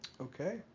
Okay